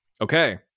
Okay